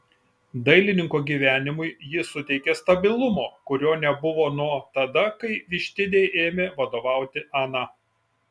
dailininko gyvenimui ji suteikė stabilumo kurio nebuvo nuo tada kai vištidei ėmė vadovauti ana